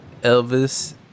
Elvis